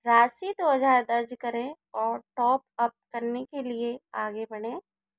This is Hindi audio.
राशि दो हज़ार दर्ज करें और टॉपअप करने के लिए आगे बढ़ें